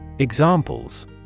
examples